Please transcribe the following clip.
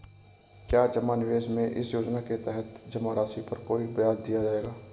क्या जमा निवेश में इस योजना के तहत जमा राशि पर कोई ब्याज दिया जाएगा?